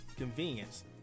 Convenience